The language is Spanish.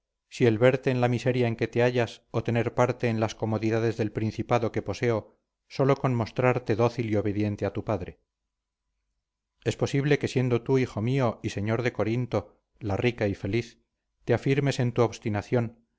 si el verte en la miseria en que te hallas o tener parte en las comodidades del principado que poseo solo con mostrarte dócil y obediente a tu padre es posible que siendo tú hijo mío y señor de corinto la rica y feliz te afirmes en tu obstinación